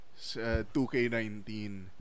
2K19